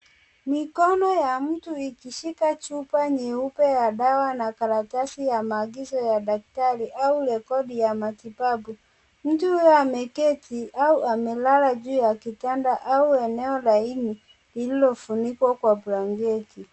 Mikono ya mtu ikishika chupa nyeupe ya dawa na karatasi ya maagizo ya daktari au rekodi ya matibabu. Mtu huyo ameketi au amelala juu ya kitanda au eneo laini lililofunikwa kwa branketi.